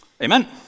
Amen